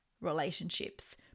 relationships